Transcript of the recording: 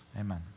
Amen